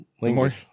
Language